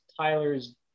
Tyler's